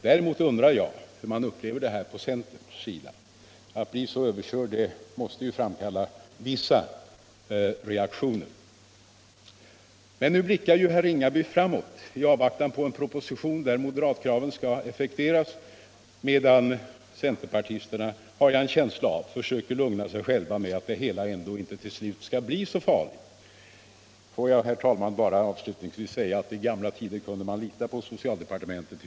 Däremot undrar jag hur man inom centern upplever detta. Att bli så överkörd måste ju framkalla vissa reaktioner. Men nu blickar herr Ringaby framåt i avvaktan på en proposition där moderatkraven skall effektueras, medan centerpartisterna, har jag en känsla av, försöker lugna sig själva med att det hela ändå till slut inte skall behöva bli så farligt. Får jag avslutningsvis säga att i gångna tider kunde man lita på socialdepartementet.